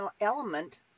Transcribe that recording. element